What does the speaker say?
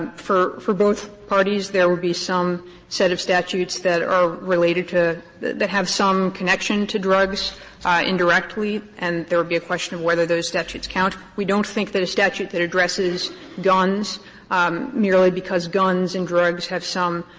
for for both parties there would be some set of statutes that are related to that that have some connection to drugs indirectly and there would be a question of whether those statutes count. we don't think that a statute that addresses guns merely because guns and drugs have some,